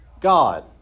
God